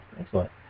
Excellent